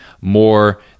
more